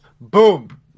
Boom